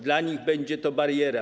Dla nich będzie to bariera.